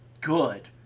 good